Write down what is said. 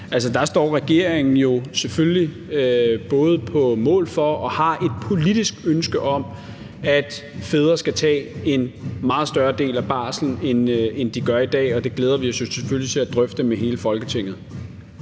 så står regeringen selvfølgelig både på mål for og har et politisk ønske om, at fædre skal tage en meget større del af barslen, end de gør i dag. Og det glæder vi os selvfølgelig til at drøfte med hele Folketinget.